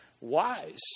wise